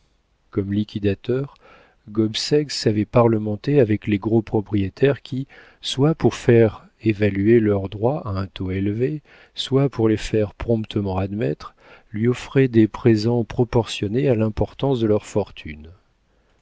gobseck savait parlementer avec les gros propriétaires qui soit pour faire évaluer leurs droits à un taux élevé soit pour les faire promptement admettre lui offraient des présents proportionnés à l'importance de leurs fortunes